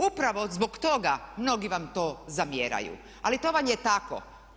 Upravo zbog toga mnogi vam to zamjeraju, ali to vam je tako.